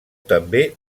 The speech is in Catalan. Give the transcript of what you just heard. també